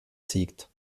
siegt